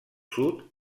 sud